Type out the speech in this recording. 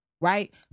right